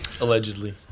Allegedly